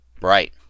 Right